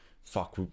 Fuck